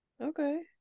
okay